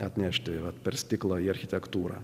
atnešti yra per stiklą į architektūrą